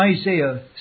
Isaiah